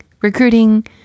recruiting